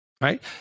right